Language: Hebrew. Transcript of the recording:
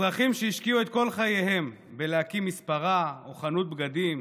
אזרחים שהשקיעו את כל חייהם בלהקים מספרה או חנות בגדים,